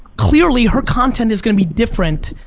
clearly her content is gonna be different,